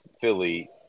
Philly